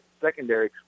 secondary